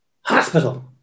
hospital